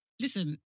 Listen